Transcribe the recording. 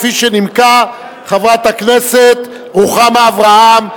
שנימקה חברת הכנסת רוחמה אברהם.